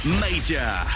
Major